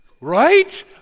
Right